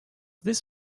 this